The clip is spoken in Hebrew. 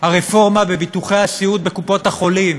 הרפורמה בביטוחי הסיעוד בקופות-החולים,